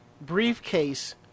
briefcase